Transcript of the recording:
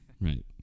Right